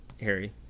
Harry